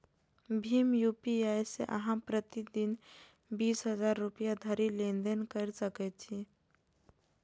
भीम UPI सं अहां प्रति दिन बीस हजार रुपैया धरि लेनदेन कैर सकै छी